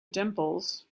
dimples